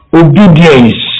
obedience